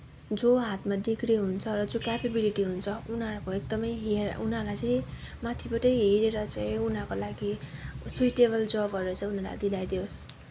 जो हातमा डिग्री हुन्छ र जो क्यापेबिलिटी हुन्छ उनीहरूको एकदमै उनीहरूलाई चाहिँ माथिबाटै हेरेर चाहिँ उनीहरूको लागि सुइटेबल जबहरू चाहिँ उनीहरूलाई दिलाइदियोस्